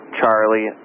Charlie